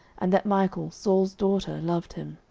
and that michal saul's daughter loved him.